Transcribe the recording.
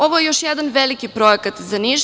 Ovo je još jedan veliki projekat za Niš.